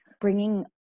bringing